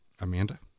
Amanda